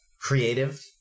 creative